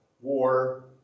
War